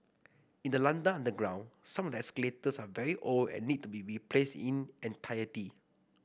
in the London underground some of the escalators are very old and need to be replaced in entirety